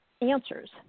answers